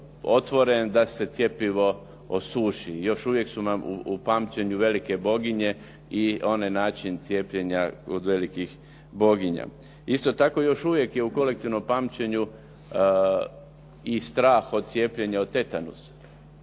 otvoren da se cjepivo osuši. Još uvijek su nam u pamćenju velike boginje i onaj način cijepljenja od velikih boginja. Isto tako još uvijek je u kolektivnom pamćenju i strah od cijepljenja o tetanusu.